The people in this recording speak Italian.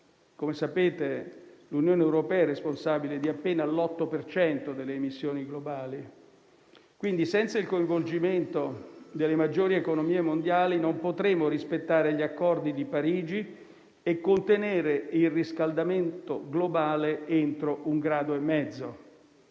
Come sapete, l'Unione europea è responsabile di appena l'8 per cento delle emissioni globali, pertanto senza il coinvolgimento delle maggiori economie mondiali non potremo rispettare gli accordi di Parigi e contenere il riscaldamento globale entro un grado e mezzo.